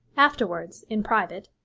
afterwards, in private,